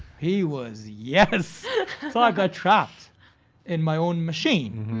he was yes. so i got trapped in my own machine.